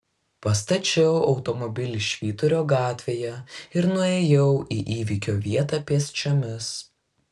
pastačiau automobilį švyturio gatvėje ir nuėjau į įvykio vietą pėsčiomis